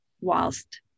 whilst